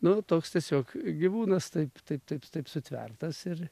nu toks tiesiog gyvūnas taip taip taip taip sutvertas ir